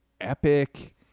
epic